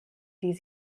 die